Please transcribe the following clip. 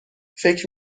فکر